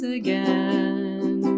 again